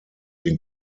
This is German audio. den